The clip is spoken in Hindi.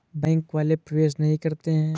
बैंक वाले प्रवेश नहीं करते हैं?